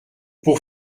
pour